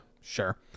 Sure